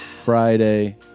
Friday